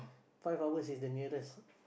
five hours is the nearest